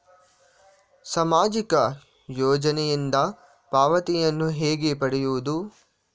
ಸಾಮಾಜಿಕ ಯೋಜನೆಯಿಂದ ಪಾವತಿಯನ್ನು ಹೇಗೆ ಪಡೆಯುವುದು?